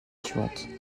suivante